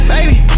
Baby